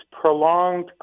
prolonged